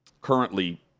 currently